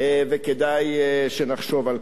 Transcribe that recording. וכדאי שנחשוב על כך.